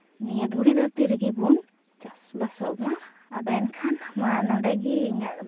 ᱱᱤᱭᱟᱹ ᱫᱷᱩᱲᱤᱼᱫᱷᱟᱹᱨᱛᱤ ᱨᱮᱜᱮ ᱵᱚᱱ ᱪᱟᱥᱵᱟᱥᱚᱜ ᱢᱟ ᱟᱫᱚ ᱮᱱᱠᱷᱟᱱ ᱢᱟ ᱱᱚᱰᱮ ᱜᱮ ᱤᱧᱟᱹᱜ ᱫᱚ